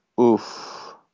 Oof